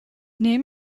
name